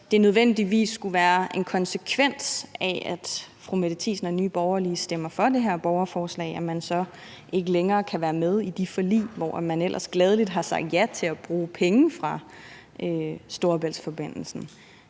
Mette Thiesen benægter, at en konsekvens af, at fru Mette Thiesen og Nye Borgerlige stemmer for det her borgerforslag, nødvendigvis skulle være, at man så ikke længere kan være med i de forlig, hvor man ellers gladelig har sagt ja til at bruge penge fra Storebæltsforbindelsen.